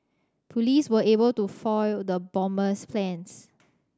police were able to foil the bomber's plans